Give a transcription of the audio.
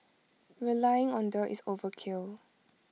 relying on the is overkill